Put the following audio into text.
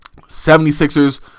76ers